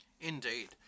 Indeed